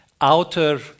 outer